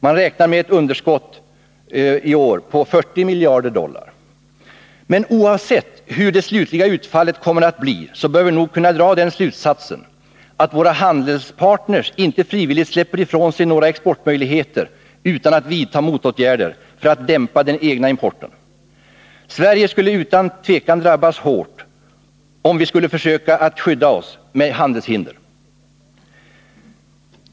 Man räknar med ett underskott i år på 40 miljarder dollar. Men oavsett hur det slutliga utfallet kommer att bli, bör vi nog kunna dra den slutsatsen att våra handelspartner inte frivilligt släpper ifrån sig några exportmöjligheter utan att vidta motåtgärder för att dämpa den egna importen. Sverige skulle utan tvekan drabbas hårt om vi skulle försöka skydda oss med handelshinder.